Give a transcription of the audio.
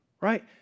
right